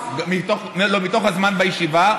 לא, מתוך הזמן בישיבה.